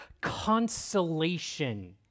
consolation